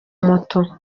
moto